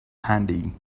handy